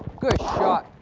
good shot.